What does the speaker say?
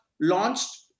launched